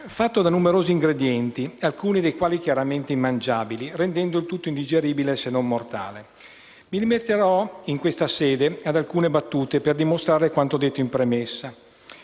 fatto di numerosi ingredienti, alcuni dei quali chiaramente immangiabili, rendendo il tutto indigeribile, se non mortale. Mi limiterò in questa sede ad alcune battute per dimostrare quanto detto in premessa.